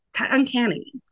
Uncanny